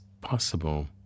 possible